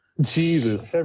Jesus